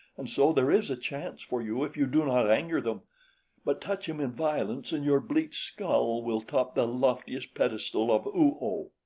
and so there is a chance for you if you do not anger them but touch him in violence and your bleached skull will top the loftiest pedestal of oo-oh.